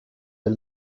del